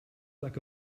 like